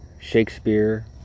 Shakespeare